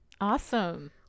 Awesome